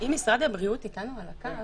אם משרד הבריאות איתנו על הקו